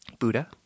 Buddha